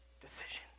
decision